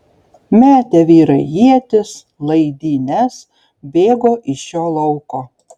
metė vyrai ietis laidynes bėgo iš šio lauko